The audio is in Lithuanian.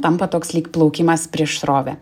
tampa toks lyg plaukimas prieš srovę